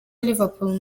liverpool